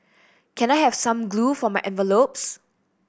can I have some glue for my envelopes